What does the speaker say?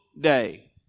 day